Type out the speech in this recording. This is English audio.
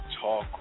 Talk